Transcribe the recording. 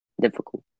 difficult